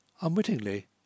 Unwittingly